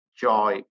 joy